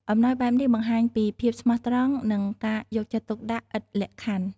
អំណោយបែបនេះបង្ហាញពីភាពស្មោះត្រង់ និងការយកចិត្តទុកដាក់ឥតលក្ខខណ្ឌ។